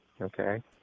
Okay